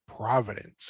providence